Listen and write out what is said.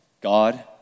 God